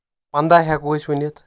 پنٛداہ ہؠکو أسۍ ؤنِتھ